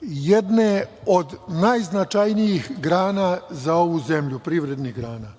jedne od najznačajnijih privrednih grana